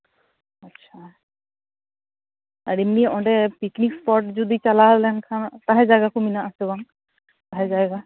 ᱟᱪᱪᱷᱟ ᱟᱨ ᱮᱢᱱᱤ ᱚᱸᱰᱮ ᱯᱤᱠᱱᱤᱠ ᱥᱯᱚᱴ ᱪᱟᱞᱟᱣ ᱞᱮᱱᱠᱷᱟᱱ ᱛᱟᱦᱮᱸ ᱡᱟᱭᱜᱟ ᱠᱚ ᱢᱮᱱᱟᱜ ᱟᱥᱮ ᱵᱟᱝ ᱛᱟᱦᱮᱸ ᱡᱟᱭᱜᱟ